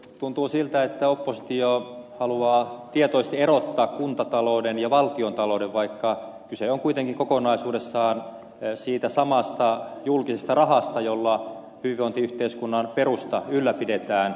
tuntuu siltä että oppositio haluaa tietoisesti erottaa kuntatalouden ja valtiontalouden vaikka kyse on kuitenkin kokonaisuudessaan siitä samasta julkisesta rahasta jolla hyvinvointiyhteiskunnan perusta ylläpidetään